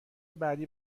بعدی